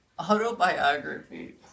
Autobiography